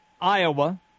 Iowa